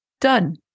Done